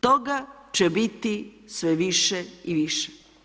Toga će biti sve više i više.